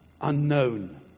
unknown